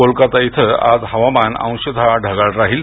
कोलकाता इथं आज हवामान अंशत ढगाळ राहील